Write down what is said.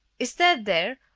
is dad there?